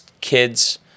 kids